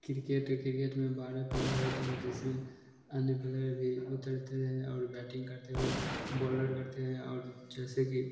cricket है cricket में बारह प्लेयर होते हैं जिसमें अन्य प्लेयर भी उतरते हैं और बैटिंग करते हुए बॉलर करते हैं और जैसे कि